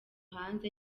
hanze